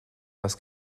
was